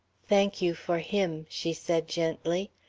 thank you for him, she said gently.